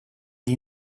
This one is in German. die